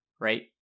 right